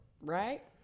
right